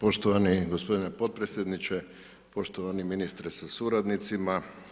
Poštovani gospodine potpredsjedniče, poštovani ministre sa suradnicima.